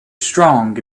strong